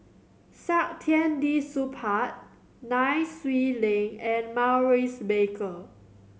Saktiandi Supaat Nai Swee Leng and Maurice Baker